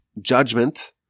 judgment